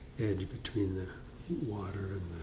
edge between the water and,